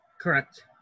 Correct